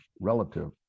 relative